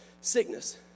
sickness